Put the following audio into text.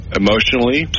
emotionally